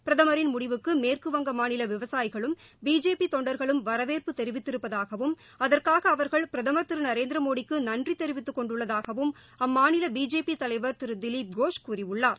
பிரதமரின் முடிவுக்கு மேற்குவங்க மாநில விவசாயிகளும் பிஜேபி தொண்டர்களும் வரவேற்பு தெரிவித்திருப்பதாகவும் அதற்காக அவர்கள் பிரதமர் திரு நரேந்திர மோடிக்கு நன்றி தெரிவித்து கொண்டுள்ளதாகவும் அம்மாநில பிஜேபி தலைவர் திரு திலீப் கோஷ் கூறியுள்ளார்